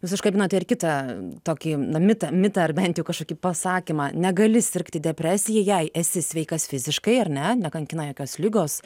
jūs užkabinote ir kitą tokį mitą mitą ar bent kažkokį pasakymą negali sirgti depresija jei esi sveikas fiziškai ar ne nekankina jokios ligos